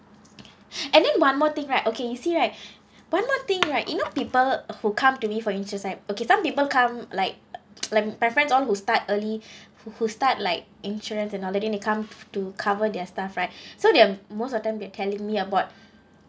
and then one more thing right okay you see right one more thing right you know people who come to me for insurance right okay some people come like like my friends all who start early who who start like insurance and all and then they come to cover their stuff right so they're most of them they telling me about